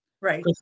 Right